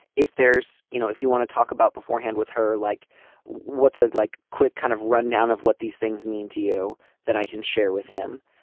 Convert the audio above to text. if there's you know if you want to talk about beforehand with her like what's the like. quick kind of rundown of what these things mean to you that i can share with him.